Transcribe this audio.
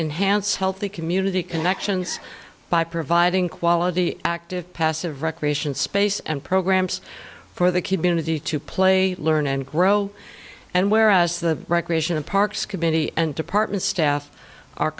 enhanced healthy community connections by providing quality active passive recreation space and programs for the community to play learn and grow and whereas the recreation and parks committee and department staff are